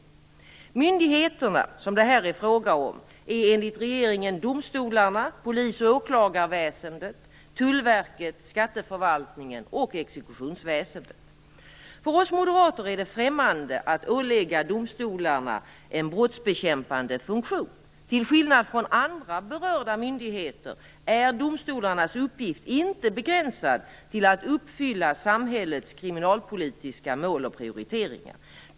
De myndigheter som det, enligt regeringen, är fråga om är domstolarna, polis och åklagarväsendet, tullverket, skatteförvaltningen och exekutionsväsendet. För oss moderater är det främmande att ålägga domstolarna en brottsbekämpande funktion. Till skillnad från andra berörda myndigheter är domstolarnas uppgift inte begränsad till att uppfylla samhällets kriminalpolitiska mål och prioriteringar.